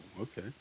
Okay